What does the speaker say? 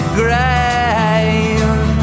grave